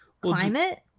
climate